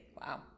Wow